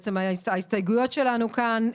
בעצם ההסתייגויות שלנו כאן,